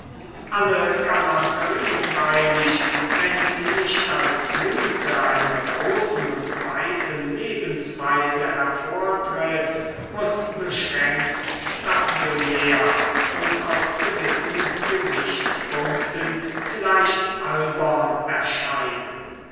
alle galanterie freilich wenn sie nicht als blüte einer großen und weiten lebensweise hervortritt muß beschränkt stationär und aus gewissen gesichtspunkten vielleicht albern erscheinen